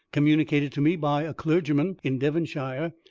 communicated to me by a clergyman in devonshire,